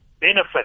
benefit